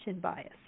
bias